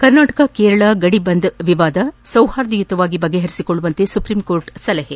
ಕರ್ನಾಟಕ ಕೇರಳ ಗಡಿಬಂದ್ ವಿವಾದ ಸೌಹಾರ್ದಯುತವಾಗಿ ಬಗೆಹರಿಸಿಕೊಳ್ಳುವಂತೆ ಸುಪ್ರೀಂಕೋರ್ಟ್ ಸೂಚನೆ